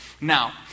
Now